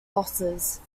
losses